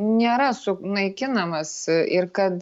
nėra sunaikinamas ir kad